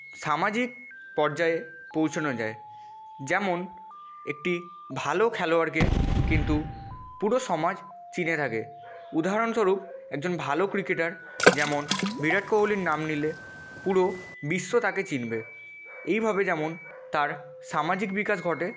সামাজিক পর্যায়ে পৌঁছানো যায় যেমন একটি ভালো খেলোয়াড়কে কিন্তু পুরো সমাজ চিনে থাকে উদাহরণস্বরূপ একজন ভালো ক্রিকেটার যেমন বিরাট কোহলির নাম নিলে পুরো বিশ্ব তাকে চিনবে এইভাবে যেমন তার সামাজিক বিকাশ ঘটে